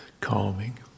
calming